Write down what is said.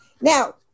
Now